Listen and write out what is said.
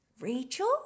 Rachel